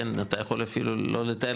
אתה יכול אפילו לא לתאר